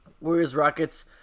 Warriors-Rockets